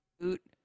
Boot